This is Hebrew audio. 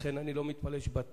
לכן אני לא מתפלא שבתשובה,